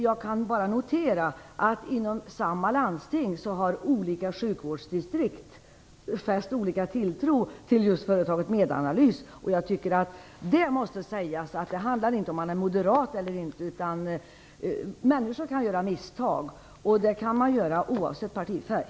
Jag kan bara notera att inom samma landsting har olika sjukvårdsdistrikt fäst olika tilltro till företaget Medanalys. Jag tycker att det måste sägas att det inte handlar om att vara moderat eller inte. Människor kan göra misstag. Det kan man göra oavsett partifärg.